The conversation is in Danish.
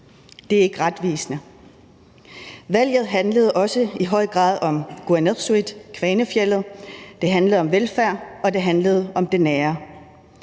Det er ikke retvisende. Valget handlede også i høj grad om Kuannersuit, Kvanefjeldet, det handlede om velfærd, og det handlede om det nære.